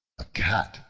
a cat,